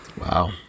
Wow